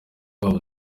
wabo